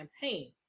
campaign